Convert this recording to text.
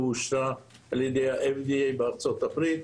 והיא אושרה על ידי ה-FDA בארצות הברית,